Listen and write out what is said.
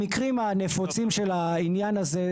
המקרים הנפוצים של העניין הזה,